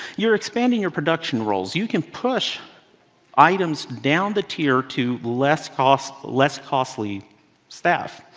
you're expanding your production roles. you can push items down the tier to less costly less costly staff.